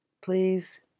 please